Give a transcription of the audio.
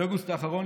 באוגוסט האחרון,